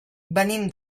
venim